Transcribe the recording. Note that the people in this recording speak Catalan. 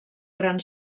gran